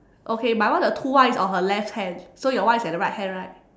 okay my one the two one is on her left hand so your one is at the right hand right